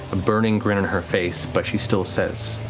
a burning grin on her face, but she still says,